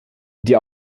die